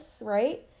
right